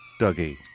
Dougie